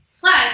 Plus